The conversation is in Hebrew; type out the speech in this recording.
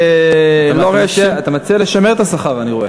אתה מציע לשמר את השכר אני רואה.